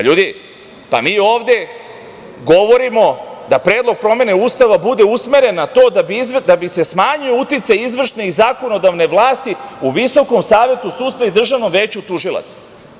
Ljudi, pa mi ovde govorimo da predlog promene Ustava bude usmeren na to da bi se smanjio uticaj izvršne i zakonodavne vlasti u VSS i Državnom veću tužilaca.